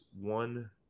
one